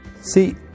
See